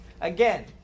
Again